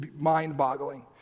mind-boggling